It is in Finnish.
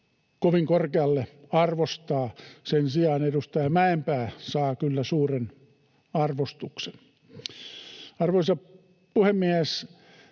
kovin korkealle arvostaa. Sen sijaan edustaja Mäenpää saa kyllä suuren arvostuksen. Arvoisa puhemies!